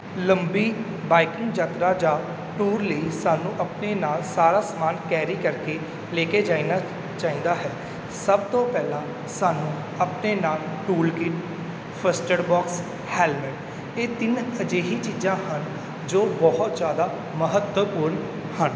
ਲੰਬੀ ਬਾਈਕਿੰਗ ਯਾਤਰਾ ਜਾਂ ਟੂਰ ਲਈ ਸਾਨੂੰ ਆਪਣੇ ਨਾਲ ਸਾਰਾ ਸਮਾਨ ਕੈਰੀ ਕਰਕੇ ਲੈ ਕੇ ਜਾਣਾ ਚਾਹੀਦਾ ਹੈ ਸਭ ਤੋਂ ਪਹਿਲਾਂ ਸਾਨੂੰ ਆਪਣੇ ਨਾਲ tool kit first aid box helmet ਇਹ ਤਿੰਨ ਅਜਿਹੀ ਚੀਜ਼ਾਂ ਹਨ ਜੋ ਬਹੁਤ ਜ਼ਿਆਦਾ ਮਹੱਤਵਪੂਰਨ ਹਨ